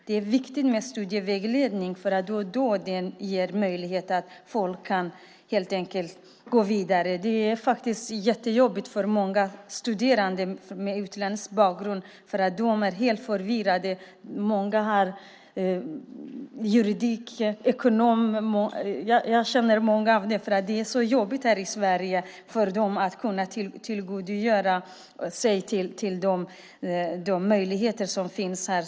Det är viktigt med studievägledning, för det ger möjlighet för folk att gå vidare. Det är faktiskt jättejobbigt för många studerande med utländsk bakgrund. De är helt förvirrade. De har juridik och ekonomexamina, och jag känner många som tycker att det är jobbigt i Sverige att tillgodogöra sig de möjligheter som finns här.